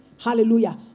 Hallelujah